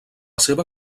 seva